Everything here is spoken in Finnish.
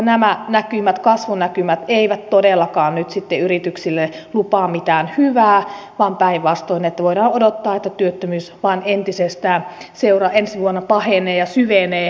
nämä kasvunäkymät eivät todellakaan nyt sitten yrityksille lupaa mitään hyvää vaan päinvastoin voidaan odottaa että työttömyys vain entisestään ensi vuonna pahenee ja syvenee